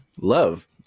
love